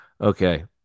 Okay